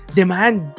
demand